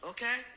Okay